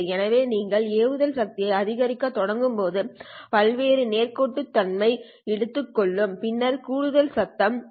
எனவே நீங்கள் ஏவுதல் சக்தியை அதிகரிக்கத் தொடங்கும் போது பல்வேறு நான் நேர்கோட்டுத்தன்மை எடுத்துக்கொள்ளும் பின்னர் கூடுதல் சத்தம்அறிமுகப்படுத்தும்